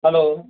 hello